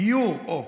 גיור, הו,